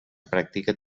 pràctica